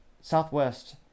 Southwest